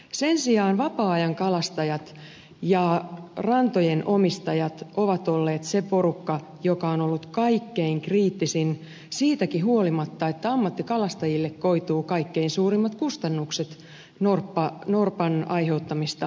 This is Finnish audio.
sen sijaan vapaa ajan kalastajat ja rantojen omistajat ovat olleet se porukka joka on ollut kaikkein kriittisin siitäkin huolimatta että ammattikalastajille koituu kaikkein suurimmat kustannukset norpan aiheuttamista kalamenetyksistä